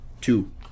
Two